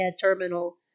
terminal